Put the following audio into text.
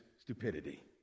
stupidity